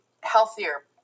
healthier